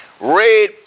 Red